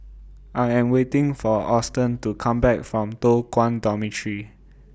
I Am waiting For Austen to Come Back from Toh Guan Dormitory